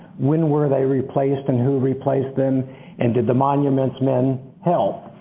when were they replaced and who replaced them and did the monuments men help?